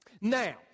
Now